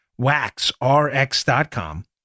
WaxRx.com